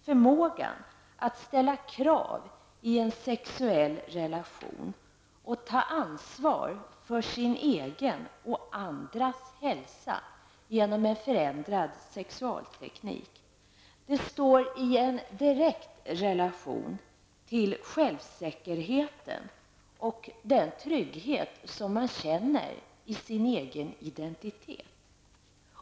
Förmågan att ställa krav i en sexuell relation och att ta ansvar för sin egen och andras hälsa genom en förändrad sexualteknik står i direkt relation till självsäkerheten och den trygghet man känner i sin identitet.